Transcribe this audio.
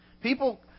people